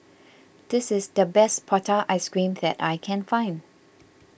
this is the best Prata Ice Cream that I can find